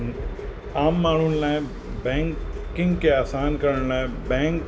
आम माण्हुनि लाइ बैंकिंग खे आसान करण लाइ बैंक